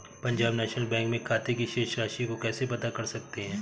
Punjab national bank में खाते की शेष राशि को कैसे पता कर सकते हैं?